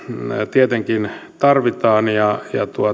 tietenkin tarvitaan ja